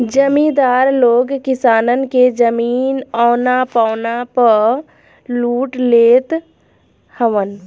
जमीदार लोग किसानन के जमीन औना पौना पअ लूट लेत हवन